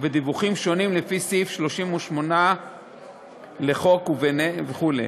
ובדיווחים שונים לפי סעיף 38 לחוק וכו',